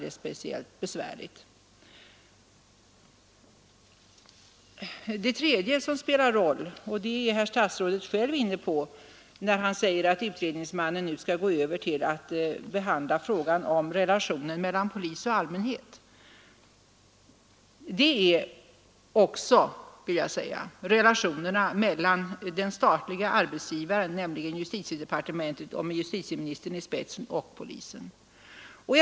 Något som för det tredje spelar en roll i detta sammanhang — och det var herr statsrådet själv inne på när han nämnde att utredningsmannen nu skall gå över till att behandla frågan om relationen mellan polis och allmänhet — det är vill jag betona, också relationerna mellan den statliga arbetsgivaren, nämligen justitedepartementet med justitieministern i spetsen, och polisen.